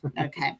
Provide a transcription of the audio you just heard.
Okay